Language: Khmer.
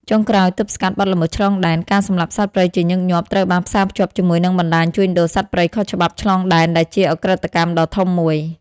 ចុងក្រោយទប់ស្កាត់បទល្មើសឆ្លងដែន ការសម្លាប់សត្វព្រៃជាញឹកញាប់ត្រូវបានផ្សារភ្ជាប់ជាមួយនឹងបណ្ដាញជួញដូរសត្វព្រៃខុសច្បាប់ឆ្លងដែន ដែលជាឧក្រិដ្ឋកម្មដ៏ធំមួយ។